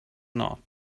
not